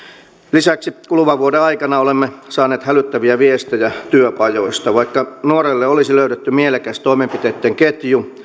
lisäksi kuluvan vuoden aikana olemme saaneet hälyttäviä viestejä työpajoista vaikka nuorelle olisi löydetty mielekäs toimenpiteitten ketju